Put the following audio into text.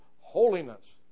Holiness